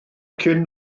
cyn